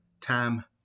time